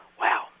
Wow